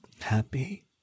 happy